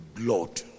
blood